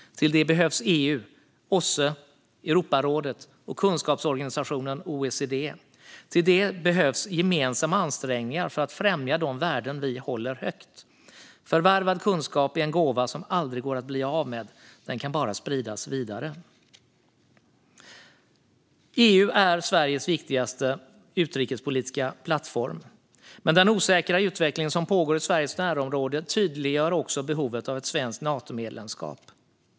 Till det behövs EU, OSSE, Europarådet och kunskapsorganisationen OECD. Till det behövs gemensamma ansträngningar för att främja de värden vi håller högt. Förvärvad kunskap är en gåva som aldrig går att bli av med; den kan bara spridas vidare. EU är Sveriges viktigaste utrikespolitiska plattform. Men den osäkra utveckling som pågår i Sveriges närområde tydliggör också behovet av ett svenskt Natomedlemskap.